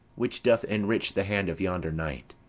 which doth enrich the hand of yonder knight?